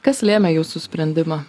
kas lėmė jūsų sprendimą